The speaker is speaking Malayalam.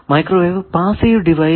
microwave passive device